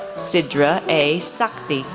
sidra a. sakhi,